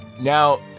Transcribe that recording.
now